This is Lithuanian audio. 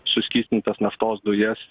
suskystintas naftos dujas